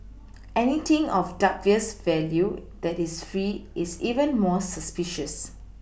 anything of dubious value that is free is even more suspicious